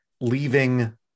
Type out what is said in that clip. leaving